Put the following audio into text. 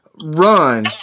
run